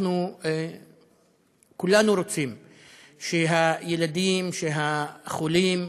אנחנו כולנו רוצים שהילדים, שהחולים,